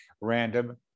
random